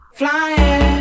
flying